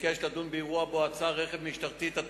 עצר רכב מסוג "סקודה" שמספרו 62-728-51